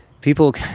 people